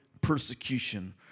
persecution